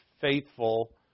faithful